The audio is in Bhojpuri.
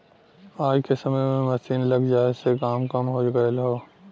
आज के समय में मसीन लग जाये से काम कम हो गयल हौ